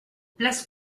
place